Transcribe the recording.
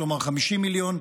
כלומר 50 מיליון.